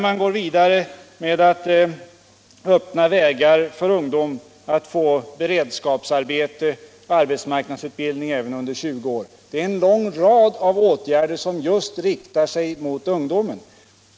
Man går vidare med att öppna vägar även för ungdom under 20 år att få beredskapsarbete och arbetsmarknadsutbildning. En lång rad åtgärder riktar sig just till ungdomen.